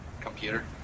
computer